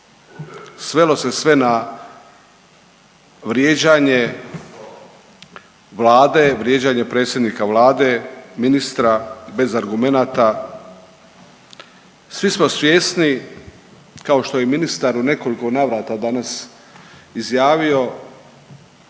Vlade, vrijeđanje predsjednika Vlade, ministra, bez argumenata. Svi smo svjesni, kao što je i ministar u nekoliko navrata danas izjavio